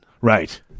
Right